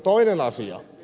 toinen asia